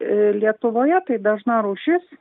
lietuvoje tai dažna rūšis